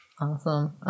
Awesome